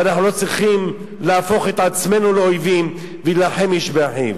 ואנחנו לא צריכים להפוך את עצמנו לאויבים ולהילחם איש באחיו.